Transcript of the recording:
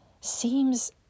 seems